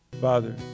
Father